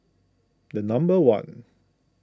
number one